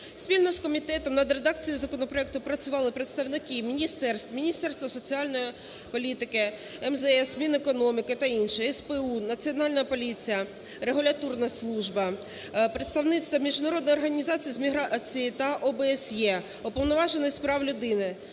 Спільно з комітетом над редакцією законопроекту працювали представники міністерств: Міністерства з соціальної політики, МЗС, Мінекономіки та інші, СБУ, Національна поліція, регуляторна служба, представництво Міжнародної організації з міграції та ОБСЄ, Уповноважений з прав людини,